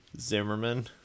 zimmerman